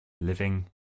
living